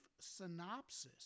synopsis